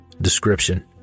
Description